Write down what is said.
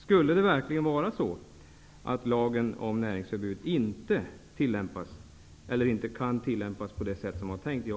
Skulle det verkligen vara så att lagen om näringsförbud inte tillämpas eller inte kan tillämpas på det sätt som var tänkt,